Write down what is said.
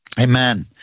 Amen